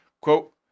Quote